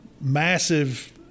massive